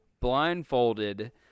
blindfolded